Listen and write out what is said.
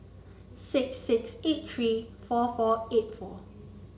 six six eight three four four eight four